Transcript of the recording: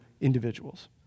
individuals